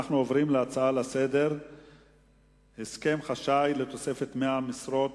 אנחנו עוברים להצעה לסדר-היום מס' 505: הסכם חשאי לתוספת 100 משרות